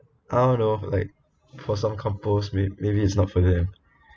out of like for some couples may~ maybe it's not for them